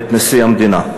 את נשיא המדינה.